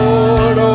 Lord